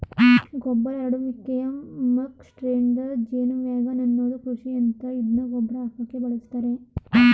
ಗೊಬ್ಬರ ಹರಡುವಿಕೆಯ muck spreader ಜೇನುವ್ಯಾಗನ್ ಅನ್ನೋದು ಕೃಷಿಯಂತ್ರ ಇದ್ನ ಗೊಬ್ರ ಹಾಕಕೆ ಬಳುಸ್ತರೆ